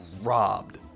robbed